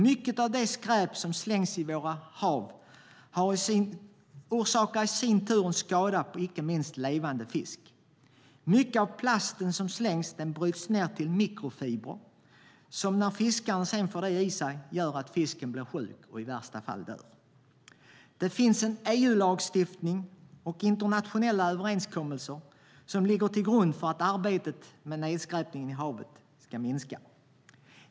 Mycket av det skräp som slängs i våra hav orsakar i sin tur skada, icke minst på levande fisk. Mycket av den plast som slängs bryts ned till mikrofibrer som gör att fisk som får i sig dessa blir sjuk och i värsta fall dör. Det finns en EU-lagstiftning och internationella överenskommelser som ligger till grund för att arbetet med nedskräpning i havet ska minska.